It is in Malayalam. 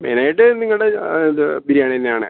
മെയ്നായിട്ട് നിങ്ങളുടെ അത് ബിരിയാണി തന്നാണ്